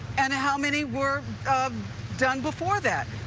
and how many were um done before that?